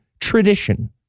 Tradition